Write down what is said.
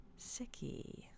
sicky